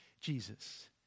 Jesus